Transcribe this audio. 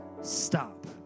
stop